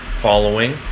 following